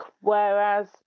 Whereas